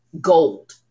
gold